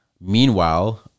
Meanwhile